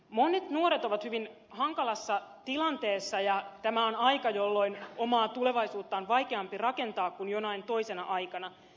monet nuoret ovat hyvin hankalassa tilanteessa ja tämä on aika jolloin omaa tulevaisuutta on vaikeampi rakentaa kuin jonain toisena aikana